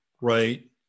right